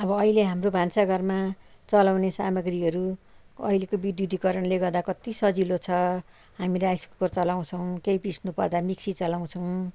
अब अहिले हाम्रो भान्साघरमा चलाउने सामग्रीहरूअहिलेको विद्युतीकरणले गर्दा कति सजिलो छ हामी राइस कुकर चलाउँछौँ केही पिस्नु पर्दा मिक्सी चलाउँछौँ